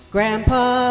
Grandpa